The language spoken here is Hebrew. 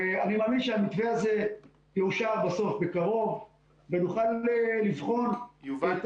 ואני מאמין שהמתווה הזה יאושר בסוף בקרוב ונוכל לבחון -- יובל,